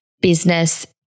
business